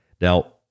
Now